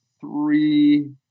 three